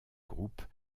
groupe